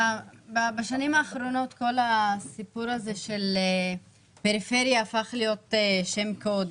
בשנים האחרונות כל הסיפור הזה של פריפריה הפך להיות שם קוד.